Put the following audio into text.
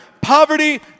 poverty